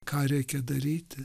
ką reikia daryti